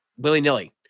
willy-nilly